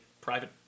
private